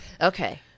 okay